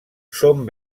són